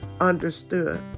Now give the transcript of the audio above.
understood